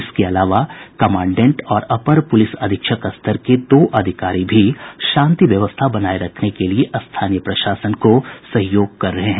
इसके अलावा कमांडेंट और अपर पुलिस अधीक्षक स्तर के दो अधिकारी भी शांति व्यवस्था बनाये रखने के लिए स्थानीय प्रशासन को सहयोग कर रहे हैं